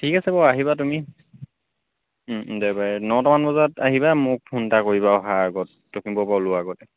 ঠিক আছে বাৰু আহিবা তুমি দেওবাৰে নটা মান বজাত আহিবা মোক ফোন এটা কৰিবা অহাৰ আগত লখিমপুৰৰ পৰা ওলোৱাৰ আগতে